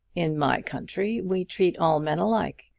in my country we treat all men alike,